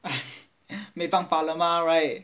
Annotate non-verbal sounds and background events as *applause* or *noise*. *laughs* 没办法了:mei ban fale mah right